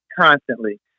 constantly